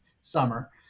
summer